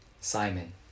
Simon